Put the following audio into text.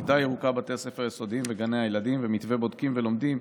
הכיתה הירוקה בבתי הספר היסודיים ובגני הילדים ומתווה בודקים ולומדים,